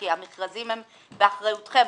כי המכרזים הם באחריותכם,